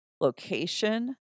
location